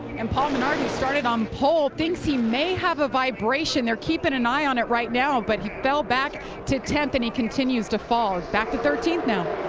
and paul menard who started on pole thinks he may have a vibration. they're keeping an eye on it right now. but he fell back to tenth and he continues to fall. he's back to thirteenth now.